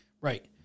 Right